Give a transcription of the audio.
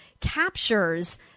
captures